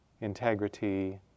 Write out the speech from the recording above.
integrity